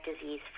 disease